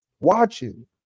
Watching